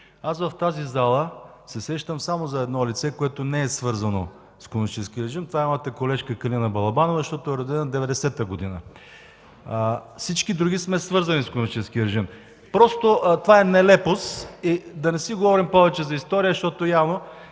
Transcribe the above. В тази зала се сещам само за едно лице, което не е свързано с комунистическия режим. Това е моята колежка Калина Балабанова, защото е родена през 1990 г. Всички други сме свързани с комунистическия режим. Просто това е нелепост. И да не си говорим повече за история, защото явно